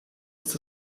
ist